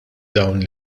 dawn